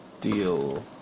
deal